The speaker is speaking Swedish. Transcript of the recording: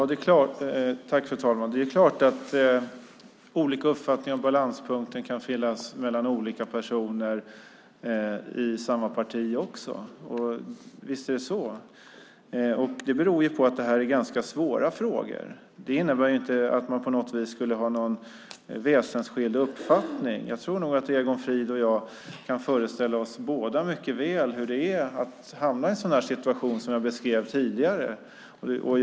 Fru talman! Det är klart att det kan finnas olika uppfattningar om balanspunkten också mellan personer i ett och samma parti - visst är det så. Det beror på att det handlar om ganska svåra frågor. Men det innebär inte att det på något vis finns väsensskilda uppfattningar. Både Egon Frid och jag kan nog mycket väl föreställa oss hur det är att hamna i en situation som den jag tidigare beskrivit.